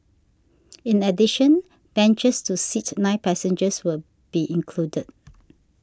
in addition benches to seat nine passengers will be included